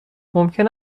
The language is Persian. ممکن